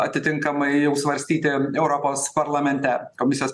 atitinkamai jau svarstyti europos parlamente komisijos